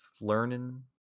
learning